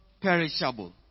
perishable